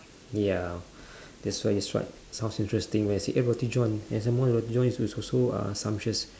ya that's why is right sounds interesting when you say eh roti john and some more roti john is also uh scrumptious